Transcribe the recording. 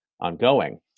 ongoing